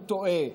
הוא טועה.